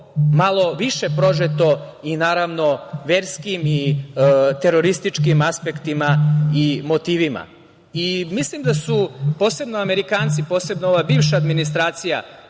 malo više prožeto i, naravno, verskim i terorističkim aspektima i motivima. Mislim da su posebno Amerikanci, posebno ova bivša administracija,